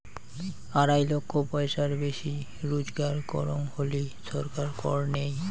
আড়াই লক্ষ পয়সার বেশি রুজগার করং হলি ছরকার কর নেই